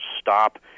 stop